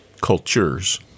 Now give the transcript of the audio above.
cultures